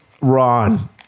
Ron